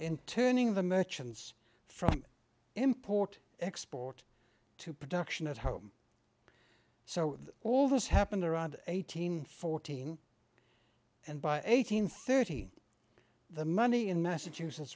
in turning the merchants from import export to production at home so all this happened around eighteen fourteen and by eighteen thirty the money in massachusetts